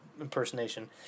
impersonation